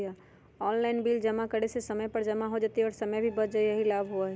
Online bill जमा करे से समय पर जमा हो जतई और समय भी बच जाहई यही लाभ होहई?